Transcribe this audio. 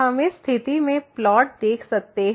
हम इस स्थिति में प्लॉट देख सकते हैं